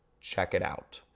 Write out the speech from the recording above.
check it out.